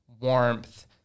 warmth